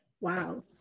Wow